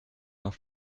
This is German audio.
noch